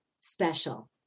special